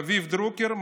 רביב דרוקר,